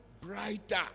brighter